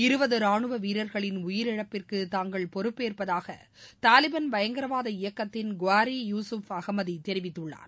இருபது ராணுவ வீரர்களின் உயிரிழப்பிற்கு தாங்கள் பொறுப்பேற்பதாக தாலிபான் பயங்கரவாத இயக்கத்தின் காரி யூசுப் அகமதி தெரிவித்துள்ளான்